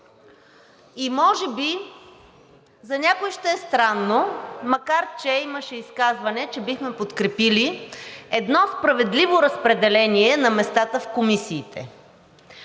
и може би за някой ще е странно, макар че имаше изказване, че бихме подкрепили едно справедливо разпределение на местата в комисиите.